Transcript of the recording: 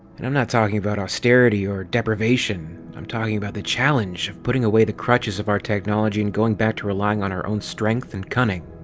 and i'm not talking about austerity or deprivation. i'm talking about the challenge of putting away the crutches of our technology and going back to relying on our own strength and cunning.